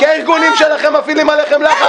כי הארגונים שלכם מפעילים עליכם לחץ,